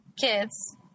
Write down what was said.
kids